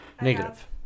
Negative